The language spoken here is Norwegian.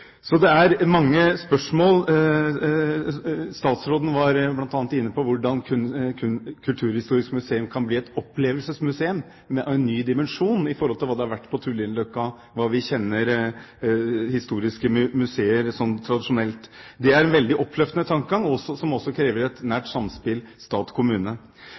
Så det er mange spørsmål. Statsråden var bl.a. inne på hvordan Kulturhistorisk museum kan bli et opplevelsesmuseum – en ny dimensjon i forhold til hva det har vært på Tullinløkka og slik vi tradisjonelt kjenner historiske museer. Det er en veldig oppløftende tankegang, som også krever et nært samspill mellom stat og kommune.